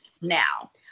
now